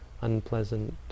unpleasant